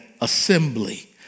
assembly